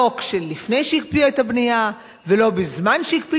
לא לפני שהקפיא את הבנייה ולא בזמן שהקפיא